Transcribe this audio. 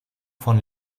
von